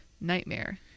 Nightmare